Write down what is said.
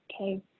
okay